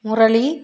Murali